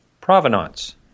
Provenance